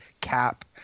cap